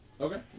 Okay